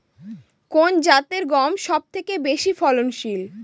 কোন জাতের গম সবথেকে বেশি ফলনশীল?